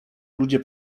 ludzie